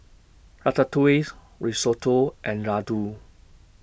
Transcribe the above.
Ratatouilles Risotto and Ladoo